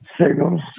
signals